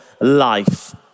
Life